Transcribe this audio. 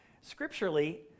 Scripturally